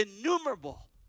innumerable